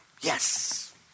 yes